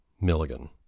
Milligan